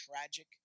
tragic